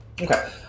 okay